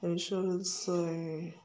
insurance ऐं